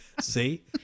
See